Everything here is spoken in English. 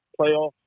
playoff